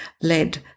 led